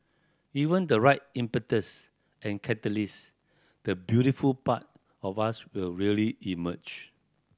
given the right impetus and catalyst the beautiful part of us will really emerge